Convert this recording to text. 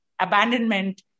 abandonment